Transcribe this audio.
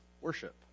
worship